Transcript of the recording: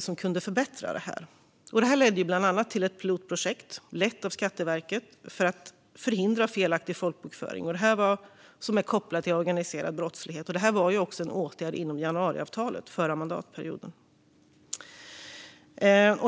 som kunde förbättra det här. Det ledde bland annat till ett pilotprojekt, lett av Skatteverket, för att förhindra felaktig folkbokföring som är kopplad till organiserad brottslighet. Detta var en åtgärd inom januariavtalet under den förra mandatperioden.